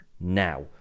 now